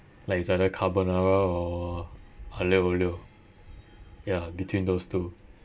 like it's either carbonara or aglio olio ya between those two